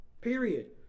period